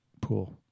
pool